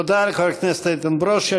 תודה לחבר הכנסת איתן ברושי.